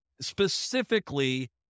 specifically—